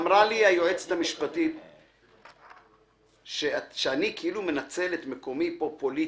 אמרה לי היועצת המשפטית שאני כאילו מנצל את מקומי פה פוליטית,